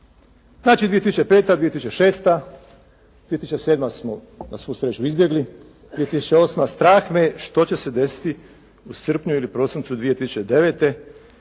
Znači 2005., 2006., 2007. smo na svu sreću izbjegli, 2008. strah me je što će se desiti u srpnju ili prosincu 2009.